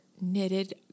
knitted